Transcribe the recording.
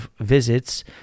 visits